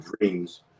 dreams